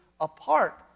apart